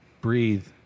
breathe